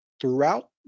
throughout